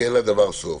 כי אין לדבר סוף.